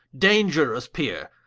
dangerous peere,